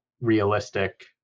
realistic